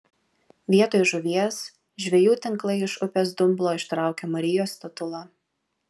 vietoj žuvies žvejų tinklai iš upės dumblo ištraukė marijos statulą